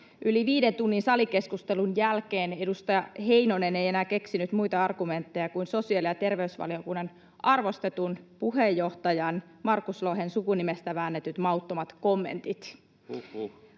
Yli viiden tunnin salikeskustelun jälkeen edustaja Heinonen ei enää keksinyt muita argumentteja kuin sosiaali‑ ja terveysvaliokunnan arvostetun puheenjohtajan Markus Lohen sukunimestä väännetyt mauttomat kommentit.